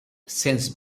since